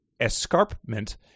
escarpment